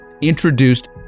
introduced